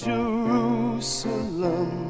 Jerusalem